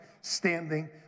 standing